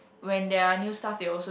when there are new stuff they also